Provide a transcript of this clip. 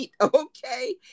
Okay